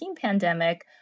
pandemic